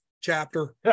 Chapter